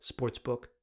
sportsbook